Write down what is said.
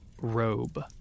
robe